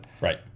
Right